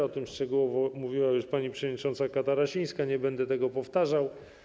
O tym szczegółowo mówiła już pani przewodnicząca Katarasińska, nie będę tego powtarzał.